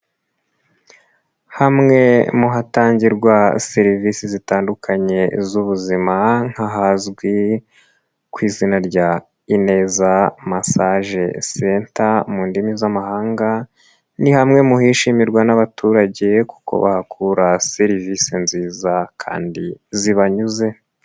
Hamwe mu hatangirwa serivisi zitandukanye z'ubuzima nk'ahazwi ku izina rya Ineza masaje s menta mu ndimi z'amahanga ni hamwe mu hishimirwa n'abaturage kuko bahakura serivisi nziza kandi zibanyuze.